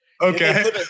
Okay